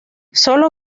sólo